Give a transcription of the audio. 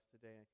today